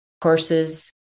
courses